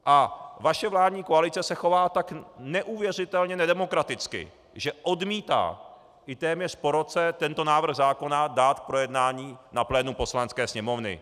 A vaše vládní koalice se chová tak neuvěřitelně nedemokraticky, že odmítá i téměř po roce tento návrh zákona dát k projednání na plénu Poslanecké sněmovny.